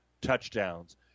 touchdowns